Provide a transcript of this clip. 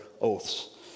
oaths